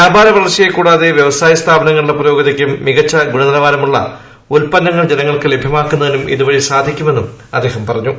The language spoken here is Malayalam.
വ്യാപാര വളർച്ചയെക്കൂടാതെ വ്യവസായ സ്ഥാപനങ്ങളുടെ പുരോഗതിക്കും മികച്ചു ഗുണനിലവാരമുള്ള ഉത്പന്നങ്ങൾ ജനങ്ങൾക്ക് ലഭ്യമാക്കുന്നതിനും ഇതുവഴി സാധിക്കുമെന്നും അദ്ദേഹം പറഞ്ഞു